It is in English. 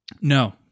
No